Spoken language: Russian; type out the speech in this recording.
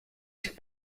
сих